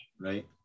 right